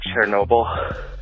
Chernobyl